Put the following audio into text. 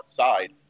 outside